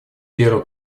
первый